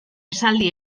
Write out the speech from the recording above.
esaldi